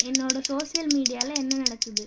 என்னோடய சோசியல் மீடியாவில் என்ன நடக்குது